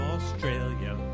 Australia